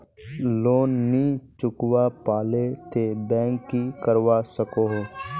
Loan नी चुकवा पालो ते बैंक की करवा सकोहो?